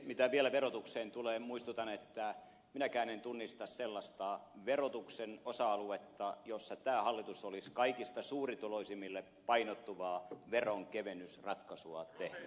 mitä vielä verotukseen tulee muistutan että minäkään en tunnista sellaista verotuksen osa aluetta missä tämä hallitus olisi kaikista suurituloisimmille painottuvaa veronkevennysratkaisua tehnyt